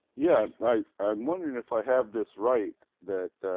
yeah i, i'm wondering if i have this right that.